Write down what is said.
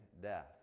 death